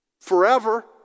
Forever